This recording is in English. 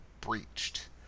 breached